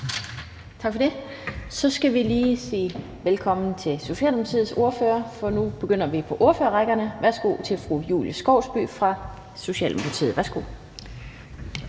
bemærkninger. Så skal vi sige velkommen til Socialdemokratiets ordfører, for nu begynder vi på ordførerrækken. Værsgo til fru Julie Skovsby fra Socialdemokratiet. Kl.